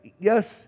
yes